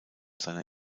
seiner